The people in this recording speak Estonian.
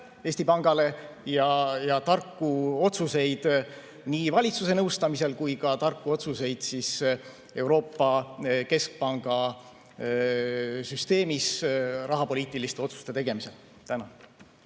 Eesti Pangale ja tarku otsuseid nii valitsuse nõustamisel kui ka tarku otsuseid Euroopa Keskpankade Süsteemis rahapoliitiliste otsuste tegemisel. Tänan!